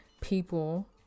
people